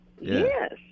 Yes